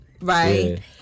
right